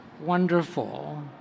wonderful